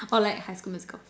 or like high school musical